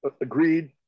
agreed